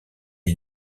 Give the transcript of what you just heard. est